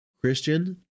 Christian